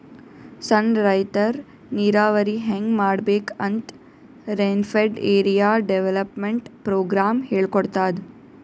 ಸಣ್ಣ್ ರೈತರ್ ನೀರಾವರಿ ಹೆಂಗ್ ಮಾಡ್ಬೇಕ್ ಅಂತ್ ರೇನ್ಫೆಡ್ ಏರಿಯಾ ಡೆವಲಪ್ಮೆಂಟ್ ಪ್ರೋಗ್ರಾಮ್ ಹೇಳ್ಕೊಡ್ತಾದ್